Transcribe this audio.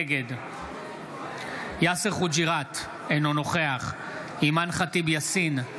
נגד יאסר חוג'יראת, אינו נוכח אימאן ח'טיב יאסין,